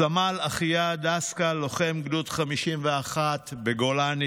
סמל אחיה דסקל, לוחם בגדוד 51 בגולני,